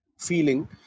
feeling